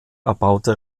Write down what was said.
erbaute